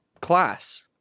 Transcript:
class